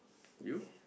you